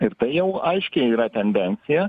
ir tai jau aiškiai yra tendencija